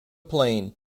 plain